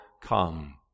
come